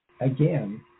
again